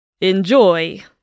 enjoy